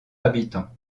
habitants